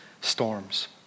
storms